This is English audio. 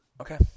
Okay